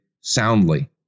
soundly